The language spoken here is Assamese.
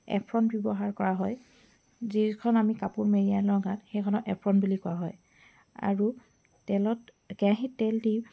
এপ্ৰ'ন ব্যৱহাৰ কৰা হয় যিখন আমি কাপোৰ মেৰিয়াই লওঁ গাত সেইখনক এপ্ৰ'ন বুলি কোৱা হয় আৰু তেলত কেৰাহিত তেল দি